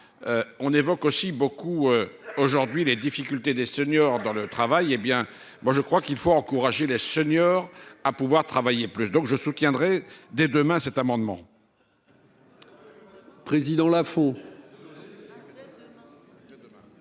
On évoque aussi beaucoup aujourd'hui les difficultés des seniors dans le travail, hé bien moi je crois qu'il faut encourager les seniors à pouvoir travailler plus donc je soutiendrai dès demain. Cet amendement.